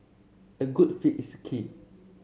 a good fit is key